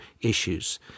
issues